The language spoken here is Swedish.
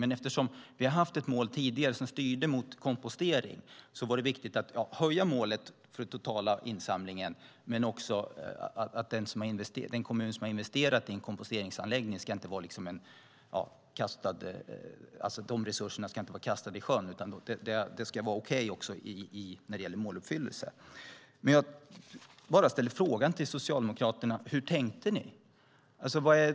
Men eftersom vi hade ett mål tidigare som styrde mot kompostering var det viktigt att höja målet för den totala insamlingen men också att de resurser som en kommun har investerat i en komposteringsanläggning inte ska vara kastade i sjön, utan det ska vara okej också när det gäller måluppfyllelse. Jag ställer bara frågan till Socialdemokraterna: Hur tänkte ni?